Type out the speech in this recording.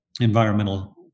environmental